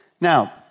Now